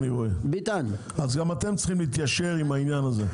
ולכן גם אתם צריכים להתיישר עם העניין הזה.